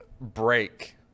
break